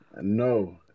No